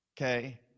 Okay